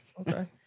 okay